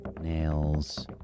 Nails